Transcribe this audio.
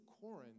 Corinth